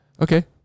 okay